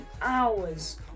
hours